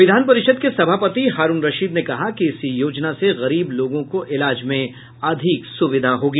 विधान परिषद के सभापति हारूण रशीद ने कहा कि इस योजना से गरीब लोगों को इलाज में अधिक सुविधा होगी